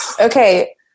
Okay